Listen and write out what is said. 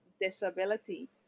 disability